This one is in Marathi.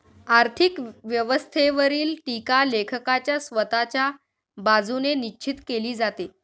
आर्थिक व्यवस्थेवरील टीका लेखकाच्या स्वतःच्या बाजूने निश्चित केली जाते